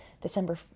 December